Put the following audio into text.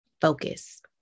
focus